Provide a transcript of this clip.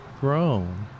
grown